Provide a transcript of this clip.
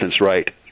right